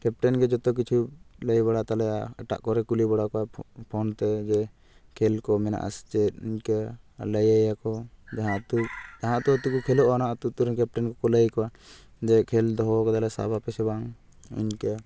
ᱠᱮᱯᱴᱮᱱᱜᱮ ᱡᱚᱛᱚ ᱠᱤᱪᱷᱩ ᱞᱟᱹᱭ ᱵᱟᱲᱟ ᱛᱟᱞᱮᱭᱟ ᱮᱴᱟᱜ ᱠᱚᱨᱮ ᱠᱩᱞᱤ ᱵᱟᱲᱟ ᱠᱚᱣᱟᱭ ᱯᱷᱳᱱ ᱛᱮ ᱡᱮ ᱠᱷᱮᱞ ᱠᱚ ᱢᱮᱱᱟᱜᱼᱟ ᱥᱮ ᱪᱮᱫ ᱤᱱᱠᱟᱹ ᱞᱟᱹᱭᱟᱭᱟ ᱠᱚ ᱡᱟᱦᱟᱸ ᱟᱹᱛᱩ ᱡᱟᱦᱟᱸ ᱟᱹᱛᱩᱼᱟᱹᱛᱩ ᱠᱚ ᱠᱷᱮᱞᱳᱜᱼᱟ ᱚᱱᱟ ᱟᱹᱛᱩ ᱟᱹᱛᱩᱨᱮᱱ ᱠᱮᱯᱴᱮᱱ ᱠᱚ ᱞᱟᱹᱭ ᱠᱚᱣᱟ ᱡᱮ ᱠᱷᱮᱞ ᱫᱚᱦᱚᱣ ᱠᱟᱫᱟᱞᱮ ᱥᱟᱵᱟᱯᱮ ᱥᱮ ᱵᱟᱝ ᱤᱱᱠᱟ